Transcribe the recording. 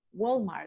Walmart